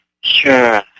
Sure